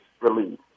release